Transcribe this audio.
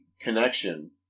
connection